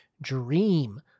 Dream